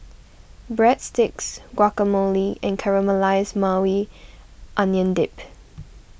Breadsticks Guacamole and Caramelized Maui Onion Dip